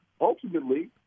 ultimately